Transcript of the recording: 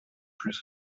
plus